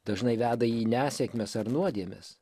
dažnai veda į nesėkmes ar nuodėmes